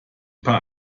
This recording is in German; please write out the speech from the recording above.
paar